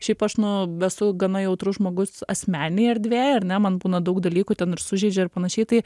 šiaip aš nu esu gana jautrus žmogus asmeninėj erdvėj ar ne man būna daug dalykų ten ir sužeidžia ir panašiai tai